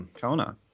Kona